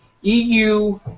EU